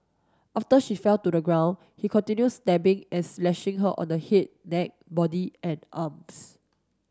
after she fell to the ground he continued stabbing and slashing her on her head neck body and arms